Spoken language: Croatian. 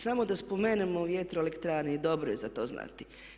Samo da spomenemo vjetroelektrane i dobro je za to znati.